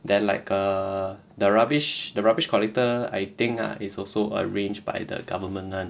then like err the rubbish the rubbish collector I think ah is also arranged by the government [one]